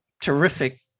terrific